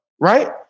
right